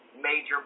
major